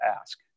ask